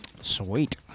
Sweet